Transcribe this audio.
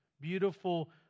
beautiful